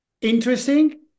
interesting